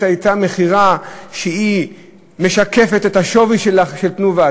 הייתה מכירה שמשקפת את השווי של "תנובה",